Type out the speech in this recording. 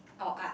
oh ah